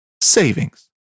savings